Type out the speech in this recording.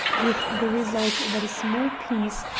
with the result that a small piece,